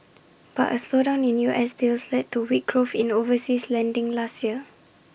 but A slowdown in U S deals led to weak growth in overseas lending last year